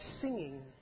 singing